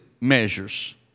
measures